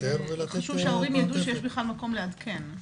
חשוב שההורים ידעו שיש בכלל מקום לעדכן.